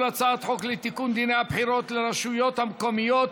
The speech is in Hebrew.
הצעת החוק לתיקון דיני הבחירות לרשויות המקומיות,